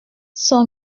son